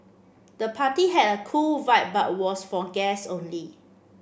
the party had a cool vibe but was for guests only